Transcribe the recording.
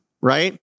right